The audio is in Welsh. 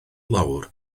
lawr